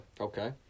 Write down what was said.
Okay